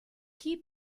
chi